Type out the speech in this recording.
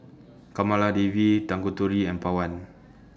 Kamaladevi Tanguturi and Pawan